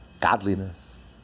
godliness